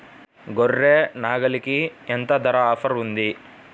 గొర్రె, నాగలికి ఎంత ధర ఆఫర్ ఉంది?